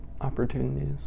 opportunities